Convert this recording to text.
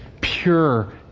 pure